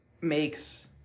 makes